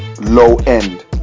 low-end